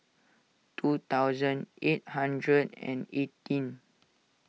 two thousand eight hundred and eighteen